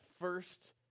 first